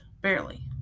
barely